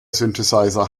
synthesizer